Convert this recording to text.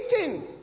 eating